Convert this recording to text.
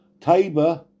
Tabor